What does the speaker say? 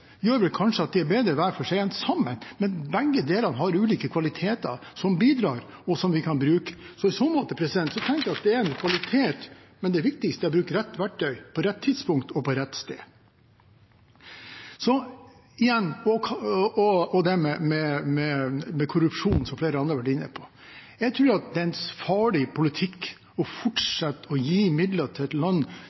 kanskje gjør at de er bedre hver for seg enn sammen. Men begge deler har ulike kvaliteter som bidrar, og som vi kan bruke. I så måte tenker jeg at det er en kvalitet. Men det viktigste er å bruke rett verktøy, til rett tidspunkt og på rett sted. Igjen til dette med korrupsjon, som flere andre har vært inne på: Jeg tror det er en farlig politikk å fortsette å gi midler til et land